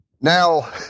Now